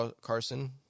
Carson